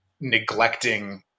neglecting